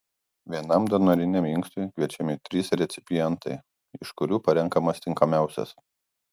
vienam donoriniam inkstui kviečiami trys recipientai iš kurių parenkamas tinkamiausias